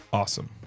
awesome